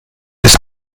ist